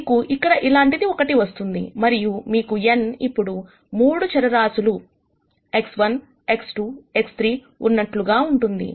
మీకు ఇక్కడ ఇలాంటిది ఒకటి వస్తుంది మరియు మీకు n ఇప్పుడు 3 చరరాశులు X1 X2 X3 ఉన్నట్లుగా ఉంటుంది